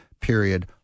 period